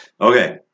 Okay